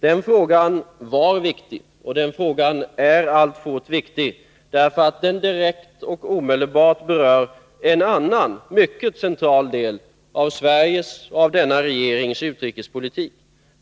Den frågan var viktig och den frågan är alltfort viktig, därför att den direkt och omedelbart berör en annan mycket central del av Sveriges och av denna regerings utrikespolitik.